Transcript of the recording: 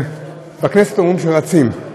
בכנסת אומרים שרצים.